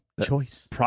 Choice